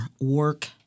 work